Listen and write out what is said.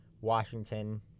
Washington